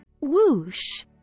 Whoosh